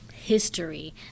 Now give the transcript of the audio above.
history